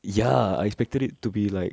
ya I expected it to be like